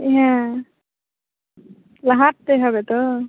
হ্যাঁ তাহলে হাঁটতে হবে তো